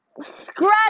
Scratch